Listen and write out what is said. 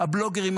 הבלוגרים,